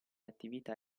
attività